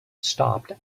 stopped